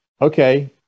okay